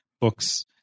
books